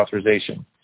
authorization